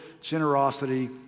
generosity